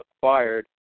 acquired